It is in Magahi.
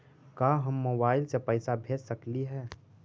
का हम मोबाईल से पैसा भेज सकली हे?